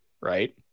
right